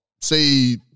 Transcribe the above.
say